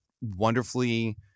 wonderfully